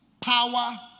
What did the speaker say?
power